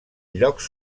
llocs